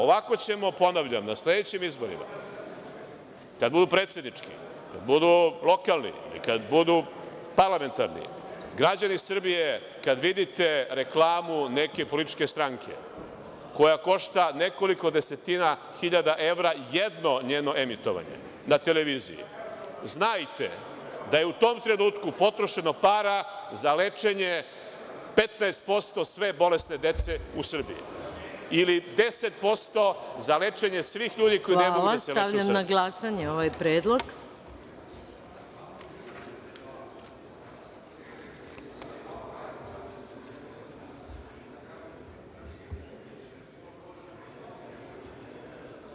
Ovako ćemo, ponavljam, na sledećim izborima, kada budu predsednički, kada budu lokalni, kada budu parlamentarni, građani Srbije kada vidite reklamu neke političke stranke koja košta nekoliko desetina hiljada evra jedno njeno emitovanje ne televiziji, znajte da je u tom trenutnu potrošeno para za lečenje 15% sve bolesne dece u Srbiji ili 10% za lečenje svih ljudi koji ne mogu da se leče u Srbiji.